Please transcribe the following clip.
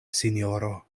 sinjoro